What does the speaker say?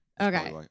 okay